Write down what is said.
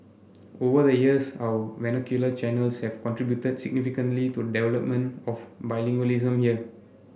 over the years our vernacular channels have contributed significantly to the development of bilingualism here